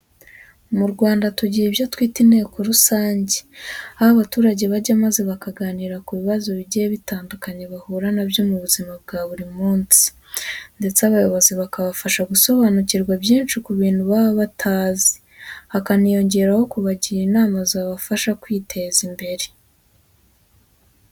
Mu Rwanda tugira ibyo twita inteko rusange, aho abaturage bajya maze bakaganira ku bibazo bigiye bitandukanye bahura na byo muzima bwa buri munsi ndetse abayobozi bakabafasha gusobanukirwa byinshi ku bintu baba batazi, hakaniyongeraho kubagira inama zabafasha kwiteza imbere.